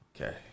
okay